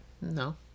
No